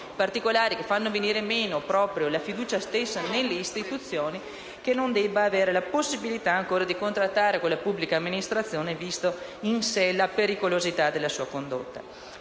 particolari che fanno venir meno proprio la fiducia stessa nelle istituzioni non debba avere la possibilità ancora di contrattare con la pubblica amministrazione vista in sé la pericolosità della sua condotta.